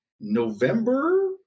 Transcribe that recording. November